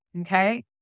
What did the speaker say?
Okay